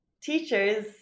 teachers